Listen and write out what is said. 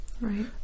right